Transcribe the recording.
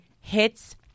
hits